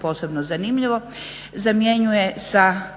posebno zanimljivo zamjenjuje sa